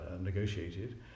negotiated